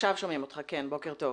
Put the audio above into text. בוקר טוב.